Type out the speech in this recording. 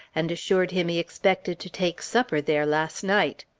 and assured him he expected to take supper there last night.